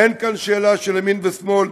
אין כאן שאלה של ימין ושמאל,